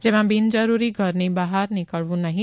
જેમાં બીનજરૂરી ઘરની બહાર નીકળવું નહીં